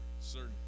certain